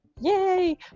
yay